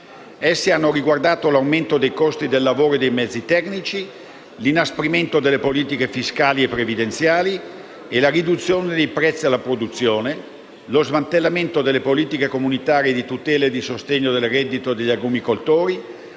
Essi hanno riguardato l'aumento dei costi del lavoro e dei mezzi tecnici, l'inasprimento delle politiche fiscali e previdenziali, la riduzione dei prezzi alla produzione e lo smantellamento delle politiche comunitarie di tutela e di sostegno del reddito degli agrumicoltori,